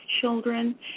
children